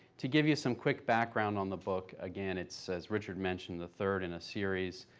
to give you some quick background on the book, again, it's, as richard mentioned, the third in a series.